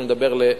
אני מדבר לסטודנט.